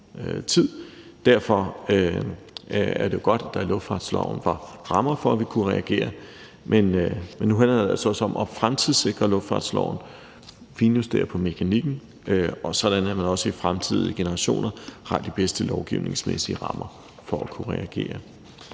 Derfor var det jo godt, at der i luftfartsloven var rammer for, at vi kunne reagere, men nu handler det altså også om at fremtidssikre luftfartsloven, finjustere på mekanikken, sådan at man også i fremtidige generationer har de bedste lovgivningsmæssige rammer for at kunne reagere.